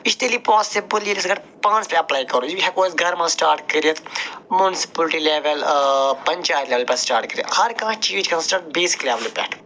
یہِ چھِ تیٚلی پاسِبُل ییٚلہِ أسۍ گۄڈٕ پانَس پٮ۪ٹھ اٮ۪پلٕے کَرو یہِ ہٮ۪کَو أسۍ گَرٕ منٛز سِٹاٹ کٔرِتھ مُنسٕپُلٹی لٮ۪وٮ۪ل پنچایت لٮ۪ولہِ پٮ۪ٹھ سِٹاٹ کٔرِتھ ہر کانٛہہ چیٖز چھِ گژھان سِٹاٹ بیسِک لٮ۪ولہِ پٮ۪ٹھ